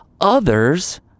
others